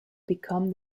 become